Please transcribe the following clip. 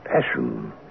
passion